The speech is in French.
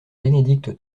bénédicte